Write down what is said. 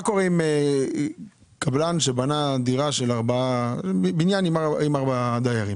מה קורה עם קבלן שבנה בניין עם 4 דירות,